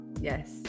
Yes